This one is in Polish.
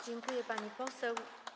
Dziękuję, pani poseł.